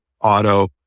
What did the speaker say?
auto